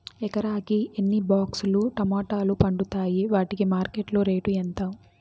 ఎకరాకి ఎన్ని బాక్స్ లు టమోటాలు పండుతాయి వాటికి మార్కెట్లో రేటు ఎంత?